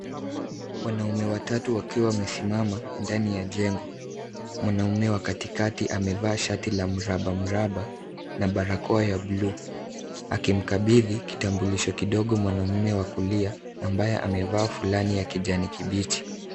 Wanaume watatu wakiwa wamesimama ndani ya jengo. Mwanamume wa katikati amevaa shati la mraba mraba na barakoa ya blue , akimkabidhi kitambulisho kidogo mwanaume wa kulia, ambaye amevaa fulani ya kijani kibichi.